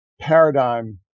paradigm